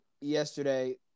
yesterday